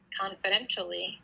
confidentially